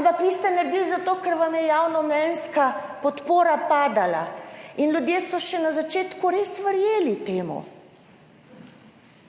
ampak vi ste to naredili zato, ker vam je javnomnenjska podpora padala. In ljudje so še na začetku res verjeli temu.